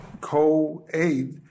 co-aid